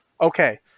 okay